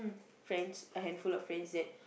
friends a handful of friends that